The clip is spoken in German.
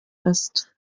ist